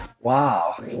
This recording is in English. Wow